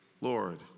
Lord